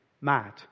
mad